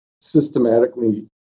systematically